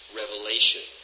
revelation